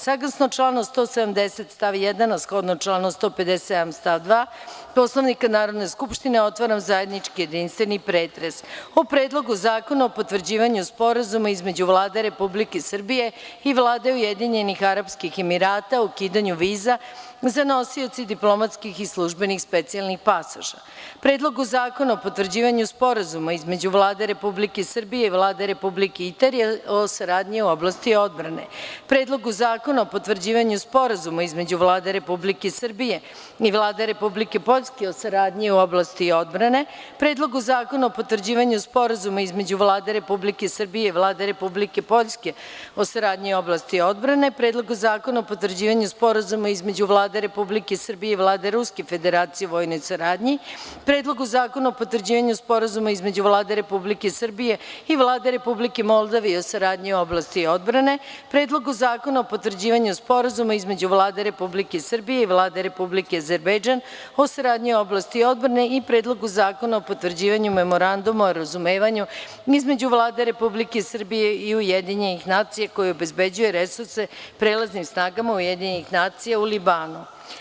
Saglasno članu 180. stav 1. a shodno članu 157. stav 2. Poslovnika Narodne skupštine otvaram zajednički jedinstveni pretres o: Predlogu zakona o potvrđivanju sporazuma između Vlade Republike Srbije i Vlade Ujedinjenih Arapskih Emirata o ukidanju viza za nosioce diplomatskih i službenih specijalnih pasoša; Predlogu zakona o potvrđivanju Sporazuma između Vlade Republike Srbije i Vlade Republike Italije o saradnji u oblasti odbrane; Predlogu zakona o potvrđivanju Sporazuma između Vlade Republike Srbije i Vlade Republike Poljske o saradnji u oblasti odbrane; Predlogu zakona o potvrđivanju Sporazuma između Vlade Republike Srbije i Vlade Republike Poljske o saradnji u oblasti odbrane; Predlogu zakona o potvrđivanju Sporazuma između Vlade Republike Srbije i Vlade Ruske Federacije o vojnoj saradnji; Predlogu zakona o potvrđivanju Sporazuma između Vlade Republike Srbije i Vlade Republike Moldavije o saradnji u oblasti odbrane; Predlogu zakona o potvrđivanju Sporazuma između Vlade Republike Srbije i Vlade Republike Azerbejdžan o saradnji u oblasti odbrane i Predlogu zakona o potvrđivanju Memoranduma o razumevanju između Vlade Republike Srbije i Ujedinjenih Nacija koji obezbeđuje resurse prelaznim snagama Ujedinjenih Nacija u Libanu.